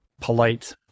polite